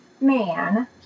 man